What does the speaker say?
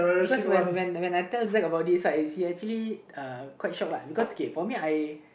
because when when when I tell Zack about this right he actually ah quite shock lah because K for me I